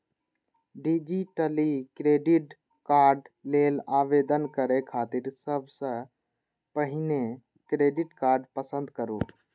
digitally credit card लेल आवेदन करै खातिर सबसं पहिने क्रेडिट कार्ड पसंद करू